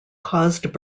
caused